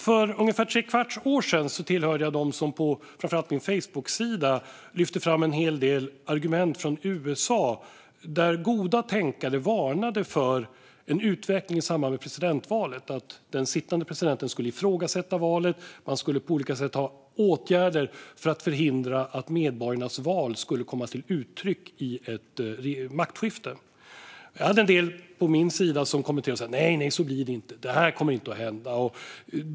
För ungefär trekvarts år sedan tillhörde jag dem som framför allt på Facebook lyfte fram en hel del argument från USA, där goda tänkare varnade för en utveckling i samband med presidentvalet där den sittande presidenten skulle ifrågasätta valet och där man på olika sätt skulle vidta åtgärder för att förhindra att medborgarnas val kom till uttryck i ett maktskifte. På min Facebooksida hade jag en del som kommenterade med: Nej, så blir det inte. Det här kommer inte att hända.